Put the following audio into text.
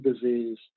disease